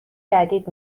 جدید